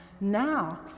Now